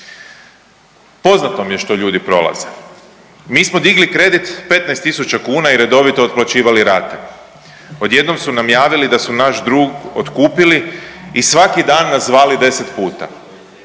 Poznato mi je što ljudi prolaze, mi smo digli kredit 15 tisuća kuna i redovito otplaćivali rate odjednom su nam javili da su naš dug otkupili i svaki dan nas zvali deset puta.